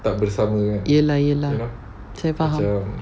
yes lah yes lah saya faham